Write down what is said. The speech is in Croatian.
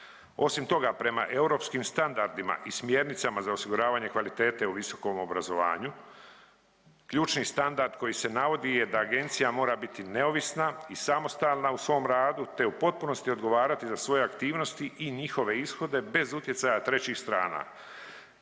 Osim toga prema europskim standardima i smjernicama za osiguravanje kvalitete u visokom obrazovanju ključni standard koji se navodi je da agencija mora biti neovisna i samostalna u svom radu, te u potpunosti odgovarati za svoje aktivnosti i njihove ishode bez utjecaja trećih strana,